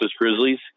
Grizzlies